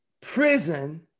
prison